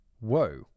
Whoa